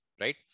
right